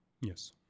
Yes